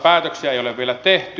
päätöksiä ei ole vielä tehty